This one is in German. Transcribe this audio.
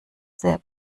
sehr